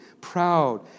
proud